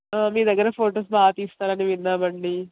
మీ దగ్గర ఫోటోస్ బాగా తీస్తారని విన్నామండి